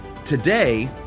Today